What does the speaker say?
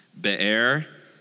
Be'er